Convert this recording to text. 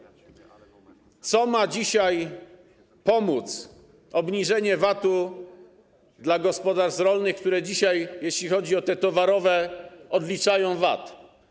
Jak ma dzisiaj pomóc obniżenie VAT dla gospodarstw rolnych, które dzisiaj, jeśli chodzi o te towarowe, odliczają VAT?